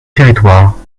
territoires